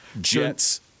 Jets